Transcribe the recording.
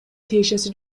тиешеси